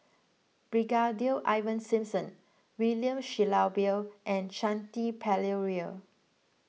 Brigadier Ivan Simson William Shellabear and Shanti Pereira